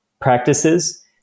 practices